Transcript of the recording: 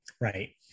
Right